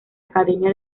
academia